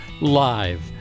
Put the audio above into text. live